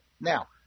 Now